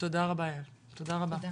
תודה רבה יעל, תודה רבה.